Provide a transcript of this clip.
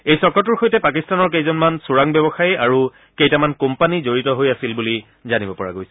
এই চক্ৰটোৰ সৈতে পাকিস্তানৰ কেইজনমান চোৱাং ব্যৱসায়ী আৰু কেইটামান কোম্পানী জড়িত হৈ আছিল বুলি জানিব পৰা গৈছে